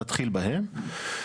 להתחיל בהם.